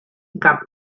gap